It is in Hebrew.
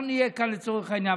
אנחנו נהיה כאן לצורך העניין.